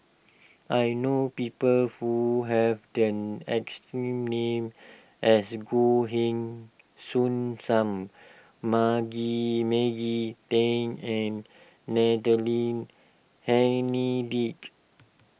I know people who have the exact name as Goh Heng Soon Sam Maggie Maggie Teng and Natalie Hennedige